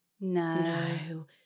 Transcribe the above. No